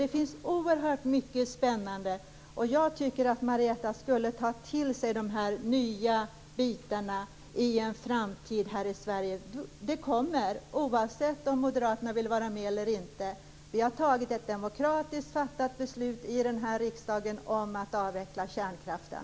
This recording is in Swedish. Där finns oerhört mycket spännande. Jag tycker att ni skall ta till er det nya i en framtid i Sverige. Det kommer oavsett om moderaterna vill vara med eller inte. Vi har fattat ett demokratiskt beslut i riksdagen om att avveckla kärnkraften.